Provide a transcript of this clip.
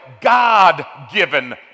God-given